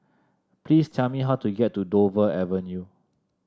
please tell me how to get to Dover Avenue